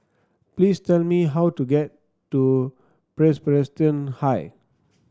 please tell me how to get to Presbyterian High